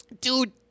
dude